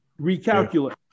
Recalculate